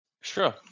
sure